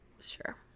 sure